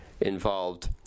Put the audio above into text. involved